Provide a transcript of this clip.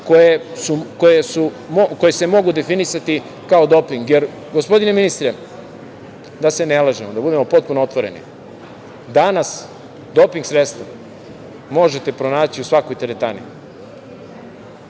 koje se mogu definisati kao doping. Gospodine ministre, da se ne lažemo, da budemo potpuno otvoreni, danas doping sredstva možete pronaći u svakoj teretani.